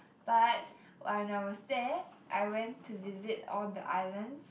but when I was there I went to visit all the island